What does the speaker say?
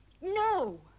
No